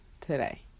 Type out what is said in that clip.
today